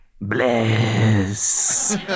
Bless